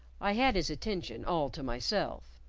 i had his attention, all to myself.